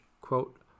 quote